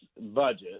budget